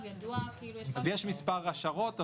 ידוע למה --- יש מספר השערות.